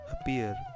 appear